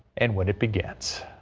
and when it begins.